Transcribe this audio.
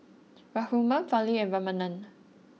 Raghuram Fali and Ramanand